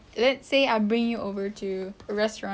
let's say I bring you over to a restaurant